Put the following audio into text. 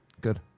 Good